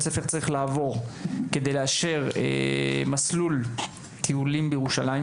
ספר צריך לעבור על מנת לאשר מסלול טיולים בירושלים.